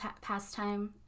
pastime